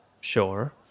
sure